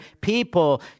people